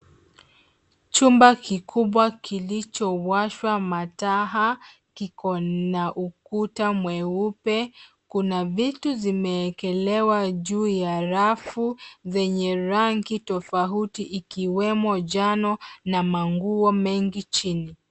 Chumba kikubwa kilichowashwa mataa kikona ukuta mweupe, kuna vitu zimeekelewa juu ya rafu zenye rangi tofauti ikiwemo njano na manguo mengi chini.